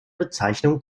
bezeichnung